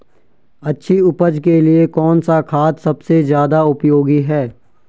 अच्छी उपज के लिए कौन सा खाद सबसे ज़्यादा उपयोगी है?